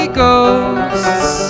ghosts